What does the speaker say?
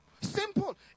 Simple